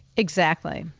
exactly.